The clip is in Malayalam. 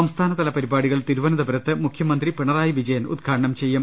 സംസ്ഥാനതല പരിപാടികൾ തിരുവനന്തപുരത്ത് മുഖ്യ മന്ത്രി പിണറായി വിജയൻ ഉദ്ഘാടനം ചെയ്യും